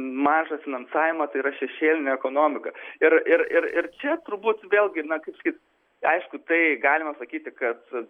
mažą finansavimą tai yra šešėlinė ekonomika ir ir ir ir čia turbūt vėlgi na kaip sakyt aišku tai galime sakyti kad